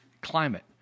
climate